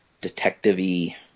detective-y